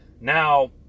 Now